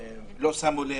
לא שמו לב,